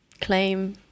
claim